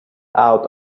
out